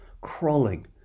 crawling